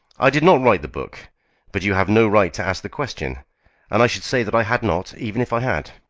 i did not write the book but you have no right to ask the question and i should say that i had not, even if i had.